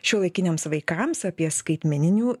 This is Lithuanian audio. šiuolaikiniams vaikams apie skaitmeninių